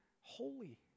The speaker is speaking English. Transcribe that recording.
holy